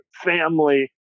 family